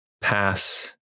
pass